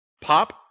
pop